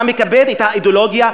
אתה מכבד את האידיאולוגיה,